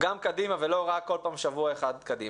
קצת יותר קדימה ולא רק שבוע אחד קדימה.